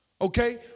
Okay